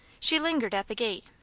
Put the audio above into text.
she lingered at the gate,